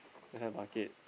put inside bucket